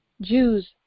Jews